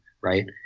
right